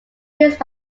used